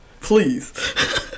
please